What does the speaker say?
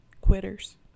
quitters